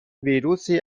ویروسی